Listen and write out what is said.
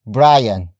Brian